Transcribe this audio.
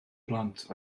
blant